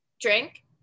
Drink